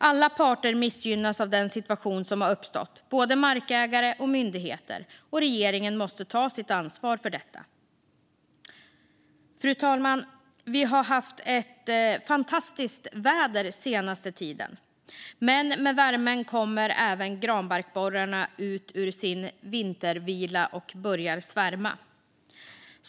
Alla parter missgynnas av den situation som har uppstått, både markägare och myndigheter, och regeringen måste ta sitt ansvar för detta. Fru talman! Vi har haft ett fantastiskt väder den senaste tiden, men med värmen kommer även granbarkborrarna ut ur sin vintervila och börjar svärma.